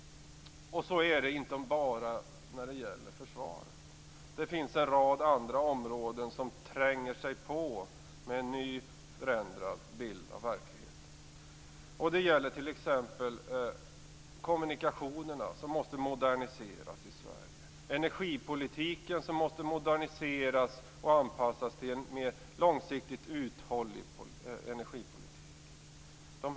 Så är det inte bara när det gäller försvaret. Det finns en rad andra områden som tränger sig på med en ny förändrad bild av verkligheten. Det gäller t.ex. kommunikationerna, som måste moderniseras i Sverige. Energipolitiken måste moderniseras och anpassas och bli mer långsiktigt uthållig.